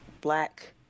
black